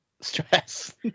stress